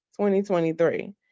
2023